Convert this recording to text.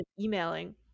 emailing